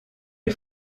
les